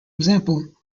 example